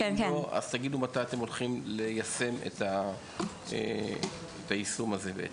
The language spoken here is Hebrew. ואם לא אז תגידו מתי בעצם אתם הולכים ליישם את היישום הזה.